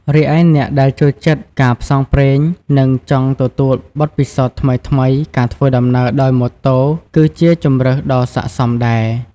រីឯអ្នកដែលចូលចិត្តការផ្សងព្រេង និងចង់ទទួលបទពិសោធន៍ថ្មីៗ ការធ្វើដំណើរដោយម៉ូតូ ក៏ជាជម្រើសដ៏ស័ក្តិសមដែរ។